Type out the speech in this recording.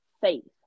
faith